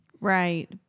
Right